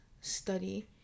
study